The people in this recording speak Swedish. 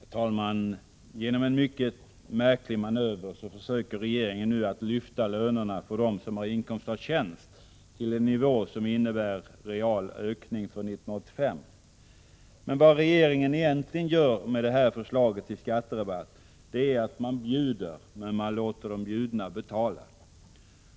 Herr talman! Genom en mycket märklig manöver försöker regeringen nu att lyfta lönerna för dem som har inkomst av tjänst till en nivå som innebär real ökning för 1985. Men vad regeringen egentligen gör med det här förslaget till skatterabatt är att man bjuder men låter de bjudna betala.